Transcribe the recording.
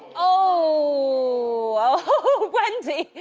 oh, wendy,